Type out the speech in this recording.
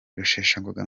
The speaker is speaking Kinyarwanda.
rusheshangoga